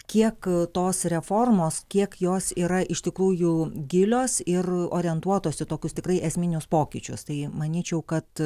kiek tos reformos kiek jos yra iš tikrųjų gilios ir orientuotos į tokius tikrai esminius pokyčius tai manyčiau kad